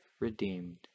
redeemed